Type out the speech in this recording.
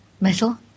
metal